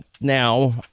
now